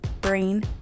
brain